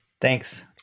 Thanks